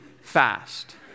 fast